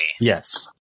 Yes